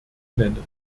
nennen